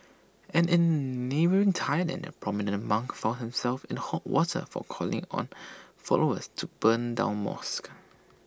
and in neighbouring Thailand A prominent monk found himself in hot water for calling on followers to burn down mosques